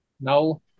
no